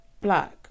black